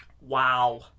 Wow